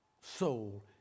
soul